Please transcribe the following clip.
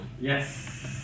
Yes